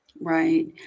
right